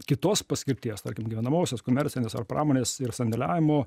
kitos paskirties tarkim gyvenamosios komercinės ar pramonės ir sandėliavimo